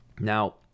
Now